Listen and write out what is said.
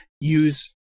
use